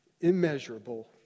immeasurable